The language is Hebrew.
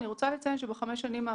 אני רוצה לציין שבחמש השנים האחרונות,